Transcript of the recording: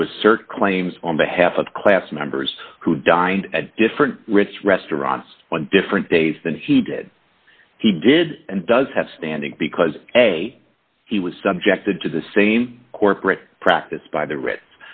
to assert claims on behalf of class members who dined at different rates restaurants on different days than he did he did and does have standing because a he was subjected to the same corporate practice by the ritz